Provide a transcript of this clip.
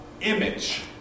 image